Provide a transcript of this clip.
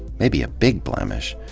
maybe a big blemish.